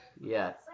Yes